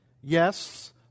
Yes